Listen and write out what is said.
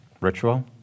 ritual